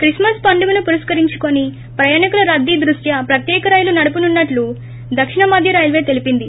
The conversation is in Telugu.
క్రిస్మస్ పండుగను పురస్కారించుకుని ప్రయాణికుల రద్దీ దృష్ట్యా ప్రత్యేక రైళ్ళు నడపనునట్లు దక్షిణ మధ్య రైల్వే తెలిపింది